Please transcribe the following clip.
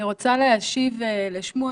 אני רוצה להשיב לשמואל.